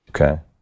okay